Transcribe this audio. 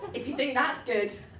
if you think that's good.